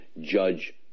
judge